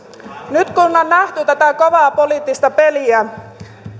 nyt kun on nähty tätä kovaa poliittista peliä